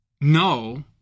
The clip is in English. No